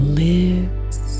lives